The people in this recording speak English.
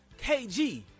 KG